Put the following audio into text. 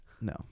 no